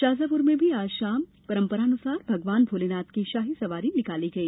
शाजापुर में भी आज शाम परंपरानुसार भगवान भोलेनाथ की शाही सवारी निकाली गई